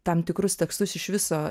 tam tikrus tekstus iš viso